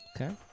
Okay